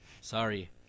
Sorry